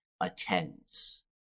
attends